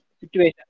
situation